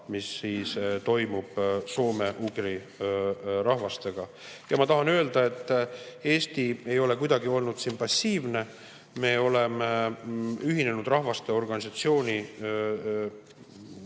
mis toimub soome-ugri rahvastega. Ma tahan öelda, et Eesti ei ole kuidagi olnud siin passiivne. Me oleme Ühinenud Rahvaste Organisatsiooni